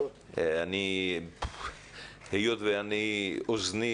היות ואוזני